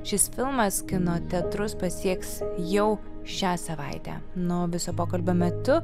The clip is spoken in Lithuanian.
šis filmas kino teatrus pasieks jau šią savaitę nu o viso pokalbio metu